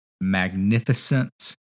magnificent